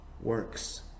works